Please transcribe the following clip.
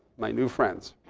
my new friends,